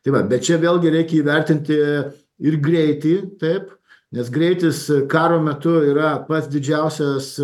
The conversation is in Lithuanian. tai va bet čia vėlgi reikia įvertinti ir greitį taip nes greitis karo metu yra pats didžiausias